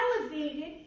elevated